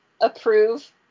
approve